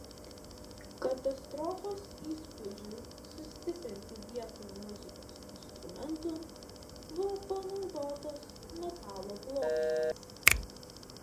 katastrofos įspūdžiui sustiprinti vietoj muzikos instrumentų buvo panaudotos metalo plokštės